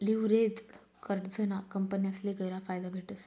leveraged कर्जना कंपन्यासले गयरा फायदा भेटस